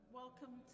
welcome